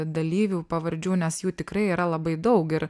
dalyvių pavardžių nes jų tikrai yra labai daug ir